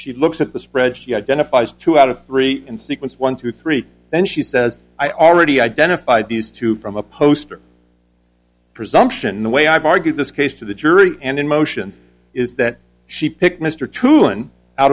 she looks at the spreadsheet identifies two out of three in sequence one two three then she says i already identified these two from a poster presumption the way i've argued this case to the jury and in motions is that she picked mr tulan out